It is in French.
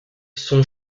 son